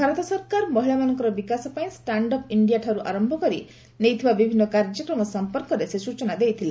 ଭାରତ ସରକାର ମହିଳାମାନଙ୍କର ବିକାଶ ପାଇଁ ଷ୍ଟାଣ୍ଡ୍ଅପ୍ ଇଣ୍ଡିଆ ଆରମ୍ଭ କରିବାଠାରୁ ନେଇଥିବା ବିଭିନ୍ନ କାର୍ଯ୍ୟକ୍ରମ ସଫପର୍କରେ ସେ ସୂଚନା ଦେଇଥିଲେ